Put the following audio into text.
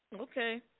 Okay